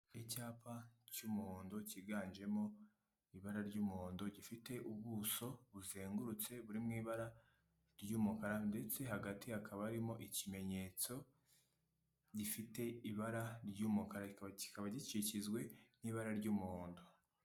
Icyapa cy'umuhondo cyiganjemo ibara ry'umuhondo gifite ubuso buzengurutse buri mu ibara ry'umukara, ndetse hagati hakaba harimo ikimenyetso gifite ibara ry'umukara, kikaba gikikijwe nk'ibara ry'umuhondo.